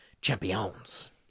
champions